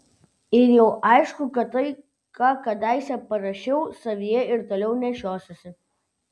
ir jau aišku kad tai ką kadaise parašiau savyje ir toliau nešiosiuosi